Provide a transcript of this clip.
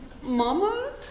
Mama